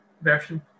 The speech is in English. version